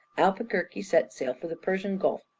albuquerque set sail for the persian gulf.